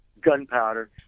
gunpowder